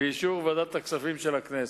ואישור ועדת הכספים של הכנסת.